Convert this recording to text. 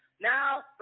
Now